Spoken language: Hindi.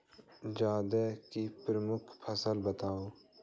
जायद की प्रमुख फसल बताओ